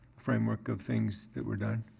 framework of things that were done.